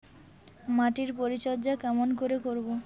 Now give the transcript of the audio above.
মাটির পরিচর্যা কেমন করে করব?